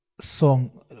song